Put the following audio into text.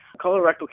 Colorectal